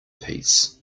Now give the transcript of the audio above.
piece